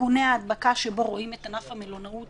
סיכוני ההדבקה שבו רואים את ענף המלונאות